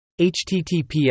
HTTPS